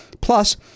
plus